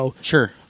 Sure